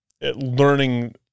learning